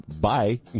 Bye